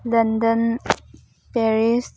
London Paris